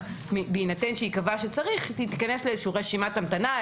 בהינתן שייקבע שצריך היא תיכנס לאיזושהי רשימת המתנה,